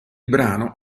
brano